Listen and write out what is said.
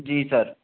जी sir